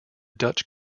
dutch